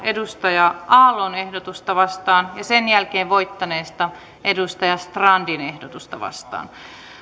touko aallon ehdotusta vastaan ja sen jälkeen voittaneesta joakim strandin ehdotusta vastaan